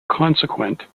consequent